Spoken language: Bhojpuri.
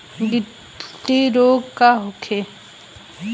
गिल्टी रोग का होखे?